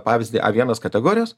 pavyzdį a vienas kategorijos